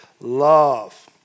love